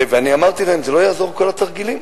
ואמרתי להם: לא יעזרו כל התרגילים.